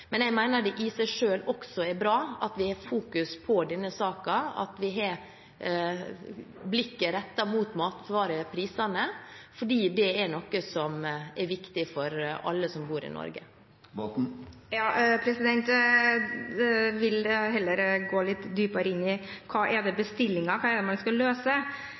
Men jeg mener det også i seg selv er bra at vi har fokus på denne saken, at vi har blikket rettet mot matvareprisene, fordi det er noe som er viktig for alle som bor i Norge. Jeg vil heller gå litt dypere inn i hva som er bestillingen, hva det er man skal løse.